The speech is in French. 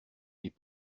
les